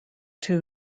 two